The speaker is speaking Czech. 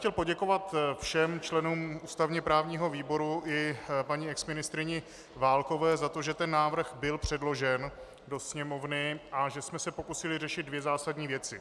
Chtěl bych poděkovat všem členům ústavněprávního výboru i paní exministryni Válkové, za to, že ten návrh byl předložen do Sněmovny a že jsme se pokusili řešit dvě zásadní věci.